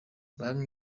banki